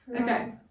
Okay